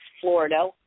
Florida